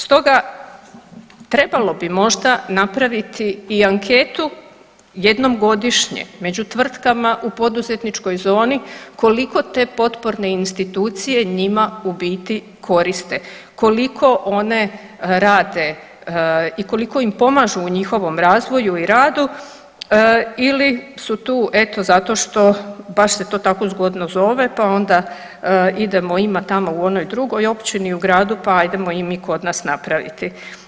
Stoga trebalo bi možda napraviti i anketu jednom godišnje među tvrtkama u poduzetničkoj zoni koliko te potporne institucije njima u biti koriste, koliko one rade i koliko im pomažu u njihovom razvoju i radu ili su tu eto zato što baš se to tako zgodno zove, pa onda idemo, ima tamo u onoj drugoj općini, u gradu, pa ajdemo i mi kod nas napraviti.